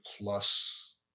plus